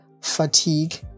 fatigue